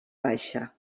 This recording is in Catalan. baixa